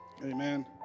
Amen